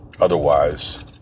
otherwise